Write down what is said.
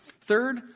Third